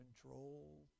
control